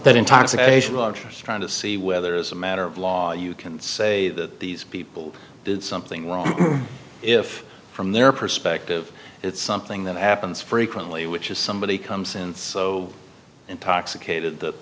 rodgers trying to see whether as a matter of law you can say that these people did something wrong if from their perspective it's something that happens frequently which is somebody comes in so intoxicated that